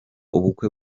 ubukwe